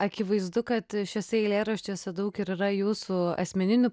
akivaizdu kad šiuose eilėraščiuose daug ir yra jūsų asmeninių